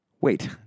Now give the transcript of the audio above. Wait